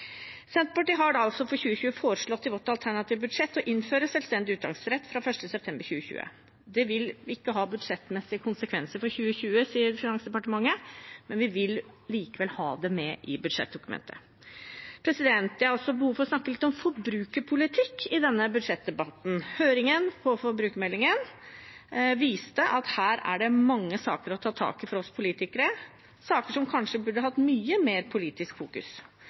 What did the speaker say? Senterpartiet har for 2020 foreslått i sitt alternative budsjett å innføre selvstendig uttaksrett fra 1. september 2020. Det vil ikke ha budsjettmessige konsekvenser for 2020, sier Finansdepartementet, men vi vil likevel ha det med i budsjettdokumentet. Jeg har også behov for å snakke litt om forbrukerpolitikk i denne budsjettdebatten. Høringen om forbrukermeldingen viste at her er det mange saker å ta tak i for oss politikere, saker som kanskje burde hatt mye mer politisk